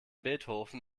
beethoven